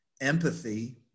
empathy